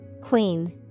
Queen